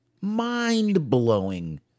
Mind-blowing